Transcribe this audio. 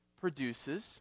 produces